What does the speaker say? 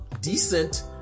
decent